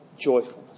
joyfulness